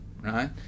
right